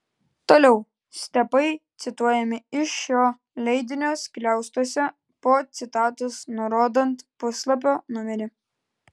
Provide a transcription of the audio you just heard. toliau stepai cituojami iš šio leidinio skliaustuose po citatos nurodant puslapio numerį